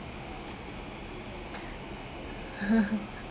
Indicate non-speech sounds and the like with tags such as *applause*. *laughs*